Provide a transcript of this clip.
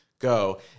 go